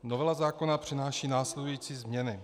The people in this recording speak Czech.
Novela zákona přináší následující změny.